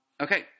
okay